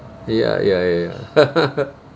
ya ya ya ya